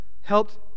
helped